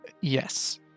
Yes